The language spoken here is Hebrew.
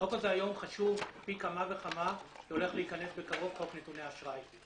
החוק הזה היום חשוב פי כמה וכמה כי הולך להיכנס בקרוב חוק נתוני אשראי.